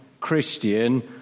Christian